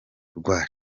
rwa